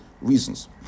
reasons